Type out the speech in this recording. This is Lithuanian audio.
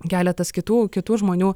keletas kitų kitų žmonių